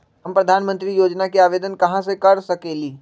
हम प्रधानमंत्री योजना के आवेदन कहा से कर सकेली?